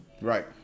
right